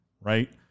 right